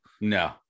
No